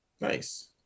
Nice